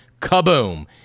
kaboom